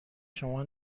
شما